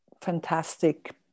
fantastic